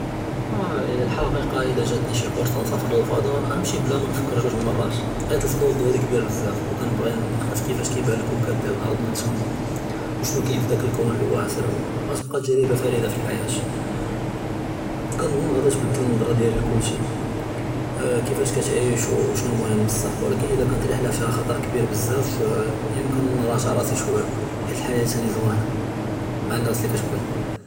אֶלְחַקִיקָה יִלָא גַאתְנִי שִי פְרְסָה נְסַאפר לֶלְפֶצַאע גַאנְמְשִי בְּלַא מְנַפְּכֵּר זְוּז מְרַאת חִיַת לִפְצּוּל דִּיַאלִי כְּבִּיר בְּזַאף וְכַאנְבְּחִי נְשּׁוּף כִּיףַאש כִּיבָּאן כּוּכַּב אֶלְאַרְד דַּאִיר מִן תְּמָה וְשְׁנוּ כַּאִין פִּדָּאק אֶלְקוּן אֶלְוַאסְע, גַּאתְבְּקָא תַגְרִיבָה פְּרִידָה פִּלְחַיַאת וְכַנְצּוּן גַּדִי תִּתְבַּדַּל אֶלְנַּظְרָה דִּיַאלִי פִּכֻּלְשִי כִּיףַאש כִּתְעַיִש וְשְׁנוּ מֻהִים בְּصַّح, וְלָקִין אִיזָּא קָانַת רִיחְלָה פִּיהָ חָ'טַר כְּבִּיר בְּזַאף יְמְכֵּן רַאס רַאסִי שְווַיַّا חִיַת, חִיַת תַּנִּי זוּיְנָה מַעַ אֶלְנָּאס לִי כַּתְבְּחִי.